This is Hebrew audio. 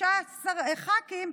16 ח"כים,